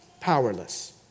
powerless